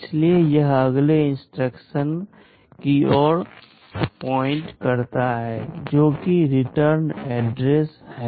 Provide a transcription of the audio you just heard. इसलिए यह अगले इंस्ट्रक्शन की ओर इशारा करता है जो कि रिटर्न एड्रेस है